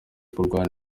kurwanya